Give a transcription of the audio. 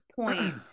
point